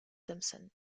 thompson